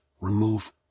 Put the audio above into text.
remove